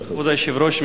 כבוד היושב-ראש,